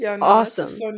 awesome